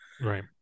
right